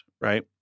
right